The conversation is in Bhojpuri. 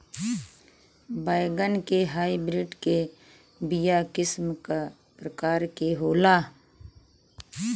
बैगन के हाइब्रिड के बीया किस्म क प्रकार के होला?